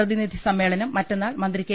പ്രതി നിധി സമ്മേളനം മറ്റന്നാൾ മന്ത്രി കെ